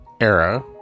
era